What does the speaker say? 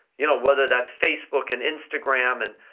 you know whether that's facebook and instagram, and.